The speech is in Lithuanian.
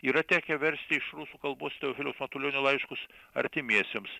yra tekę versti iš rusų kalbos teofiliaus matulionio laiškus artimiesiems